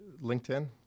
LinkedIn